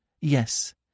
Yes